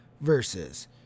versus